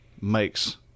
makes